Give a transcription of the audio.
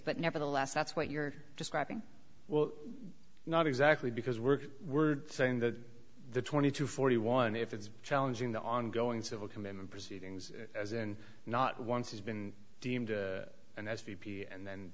but nevertheless that's what you're describing well not exactly because we're we're saying that the twenty to forty one if it's challenging the ongoing civil commitment proceedings as in not once has been deemed an f p p and then